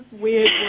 weird